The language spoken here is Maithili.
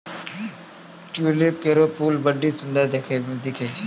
ट्यूलिप केरो फूल बड्डी सुंदर दिखै छै